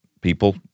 people